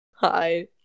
Hi